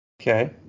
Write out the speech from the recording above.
Okay